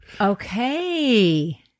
Okay